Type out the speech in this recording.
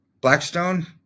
Blackstone